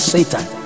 Satan